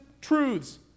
truths